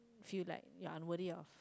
feel like your unworthy of